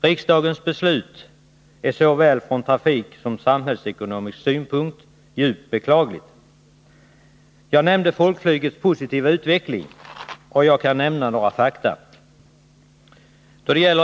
Riksdagens beslut är såväl från trafikpolitisk som från samhällsekonomisk synpunkt djupt beklagligt. Jag nämnde folkflygets positiva utveckling, och jag kan nämna några fakta.